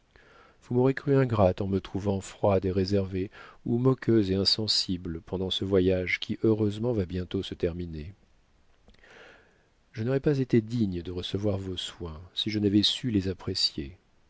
vous m'aurez crue ingrate en me trouvant froide et réservée ou moqueuse et insensible pendant ce voyage qui heureusement va bientôt se terminer je n'aurais pas été digne de recevoir vos soins si je n'avais su les apprécier